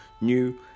new